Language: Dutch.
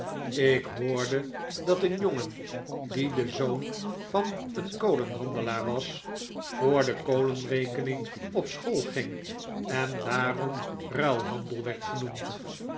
ik hoorde dat een jongen die de zoon van een kolenhandelaar was voor de kolenrekening op school ging en daarom ruilhandel werd genoemd